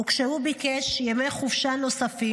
כשהוא ביקש ימי חופשה נוספים,